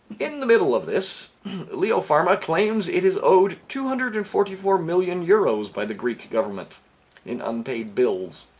in the middle of this leo pharma claims it is owed two hundred and forty four million euros by the greek government in unpaid bills